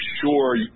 sure